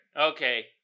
Okay